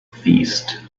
feast